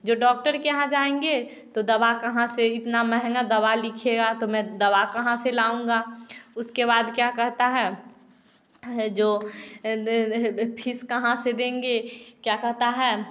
जो डॉक्टर के यहाँ जाएंगे तो दवा कहाँ से इतना महंगा दवा लिखेगा तो मैं दवा कहाँ से लाएंगे उसके बाद क्या कहता है जो फीस कहाँ से देंगे क्या कहता है